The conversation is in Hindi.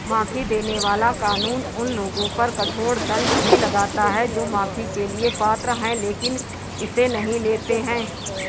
माफी देने वाला कानून उन लोगों पर कठोर दंड भी लगाता है जो माफी के लिए पात्र हैं लेकिन इसे नहीं लेते हैं